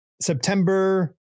September